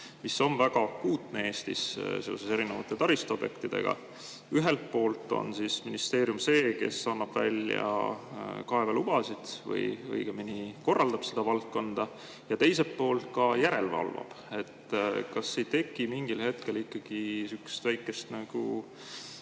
mis on väga akuutne Eestis seoses erinevate taristuobjektidega – ühelt poolt on ministeerium see, kes annab välja kaevelubasid või õigemini korraldab seda valdkonda ja teiselt poolt ka järelevalvab? Kas ei teki mingil hetkel ikkagi väikest